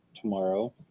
tomorrow